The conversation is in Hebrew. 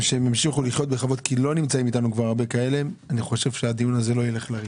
לחיות בכבוד הדיון הזה לא היה לריק.